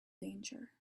danger